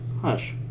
Hush